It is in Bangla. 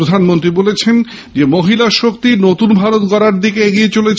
প্রধানমন্ত্রী বলেছেন মহিলা শক্তি নতুন ভারত গড়ার দিকে এগিয়ে চলেছে